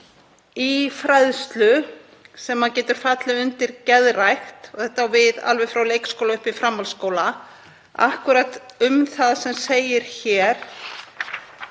í fræðslu sem getur fallið undir geðrækt. Þetta á við alveg frá leikskóla upp í framhaldsskóla, akkúrat um það sem segir hér: